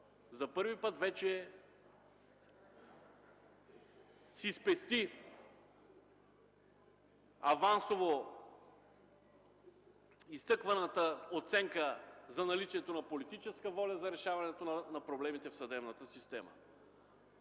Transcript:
за пръв път вече си спести авансово изтъкваната оценка за наличието на политическа воля за решаването на проблемите в съдебната система.